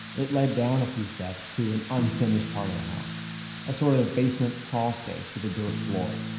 it led down a few steps to an unfinished part of the house a sort of basement crawl space with a dirt floor.